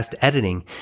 editing